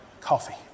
Coffee